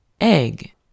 Egg